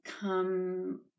come